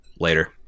later